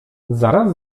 zaraz